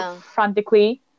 frantically